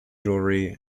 jewelry